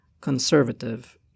conservative